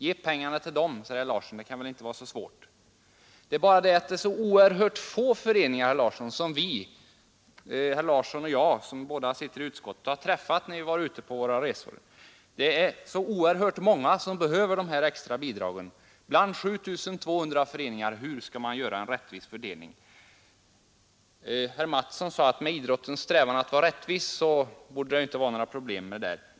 Ge pengarna till dem, sade herr Larsson, det kan väl inte vara så svårt. Men det är så oerhört få föreningar som vi från utskottets sida har träffat under våra resor, och det är så oerhört många som behöver dessa extra bidrag. Hur skall man bland 7 300 föreningar kunna göra en rättvis fördelning? Herr Mattsson i Lane-Herrestad ansåg att med idrottens strävan att vara rättvis borde det inte innebära några problem.